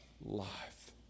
life